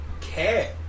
care